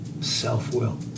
Self-will